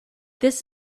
this